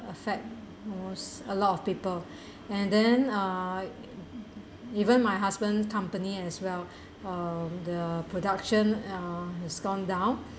affect was a lot of people and then uh even my husband company as well uh the production uh has gone down